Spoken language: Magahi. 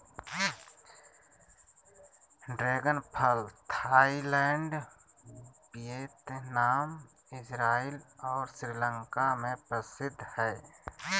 ड्रैगन फल थाईलैंड वियतनाम, इजराइल और श्रीलंका में प्रसिद्ध हइ